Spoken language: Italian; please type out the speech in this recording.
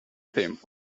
tempo